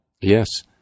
Yes